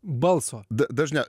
balso dažniau